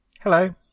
Hello